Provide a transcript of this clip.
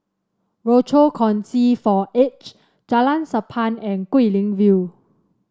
Rochor Kongsi for The Aged Jalan Sappan and Guilin View